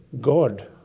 God